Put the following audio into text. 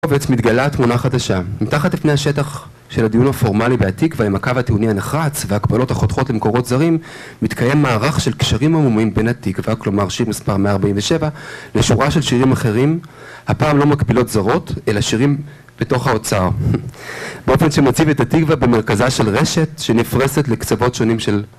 מתגלה תמונה חדשה מתחת לפני השטח של הדיון הפורמלי בהתקווה עם הקו הטיעוני הנחרץ והקבלות החותכות למקורות זרים מתקיים מערך של קשרים עמומים בין התקווה כלומר שיר מספר מאה ארבעים ושבע לשורה של שירים אחרים הפעם לא מקבילות זרות אלא שירים בתוך האוצר באופן שמציב את התקווה במרכזה של רשת שנפרסת לקצוות שונים של